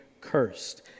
cursed